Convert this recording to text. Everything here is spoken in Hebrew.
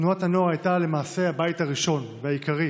תנועת הנוער למעשה הייתה הבית הראשון והעיקרי,